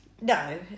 no